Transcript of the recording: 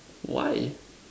why